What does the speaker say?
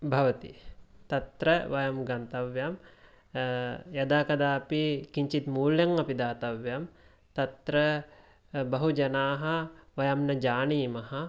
भवति तत्र वयं गन्तव्यम् यदा कदापि किञ्चित् मूल्यम् अपि दातव्यम् तत्र बहु जनाः वयं न जानीमः